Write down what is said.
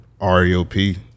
REOP